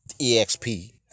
exp